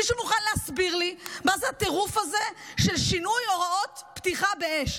מישהו מוכן להסביר לי מה זה הטירוף הזה של שינוי הוראות פתיחה באש?